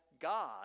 God